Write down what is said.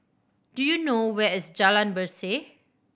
do you know where is Jalan Berseh